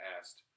asked